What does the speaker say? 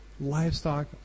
livestock